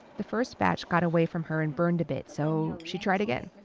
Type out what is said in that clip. the first batch got away from her and burned a bit, so, she tried again.